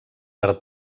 per